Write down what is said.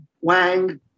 Wang